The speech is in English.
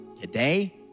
today